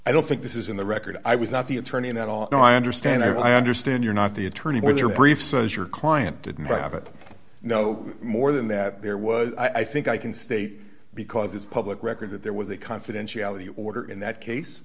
i don't think this is in the record i was not the attorney at all and i understand i understand you're not the attorney with your brief says your client did not have it no more than that there was i think i can state because it's public record that there was a confidentiality order in that case